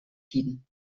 tiden